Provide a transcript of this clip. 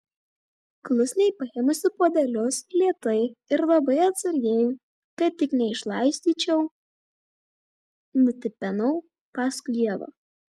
klusniai paėmusi puodelius lėtai ir labai atsargiai kad tik neišlaistyčiau nutipenau paskui ievą